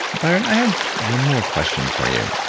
byron, i have one more question for you.